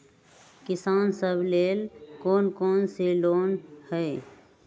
किसान सवे लेल कौन कौन से लोने हई?